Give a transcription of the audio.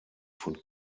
von